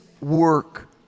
work